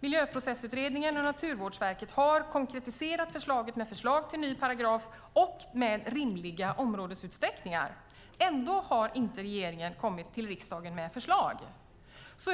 Miljöprocessutredningen och Naturvårdsverket har konkretiserat förslaget med förslag till ny paragraf och med rimliga områdesutsträckningar. Ändå har regeringen inte kommit till riksdagen med förslag.